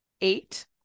eight